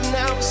now